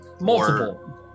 Multiple